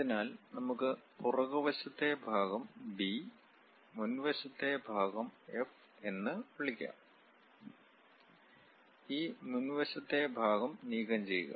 അതിനാൽ നമുക്ക് പുറകുവശത്തെ ഭാഗം ബി മുൻവശത്തെ ഭാഗം എഫ് എന്ന് വിളിക്കാം ഈ മുൻവശത്തെ ഭാഗം നീക്കംചെയ്യുക